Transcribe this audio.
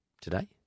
Today